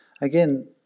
again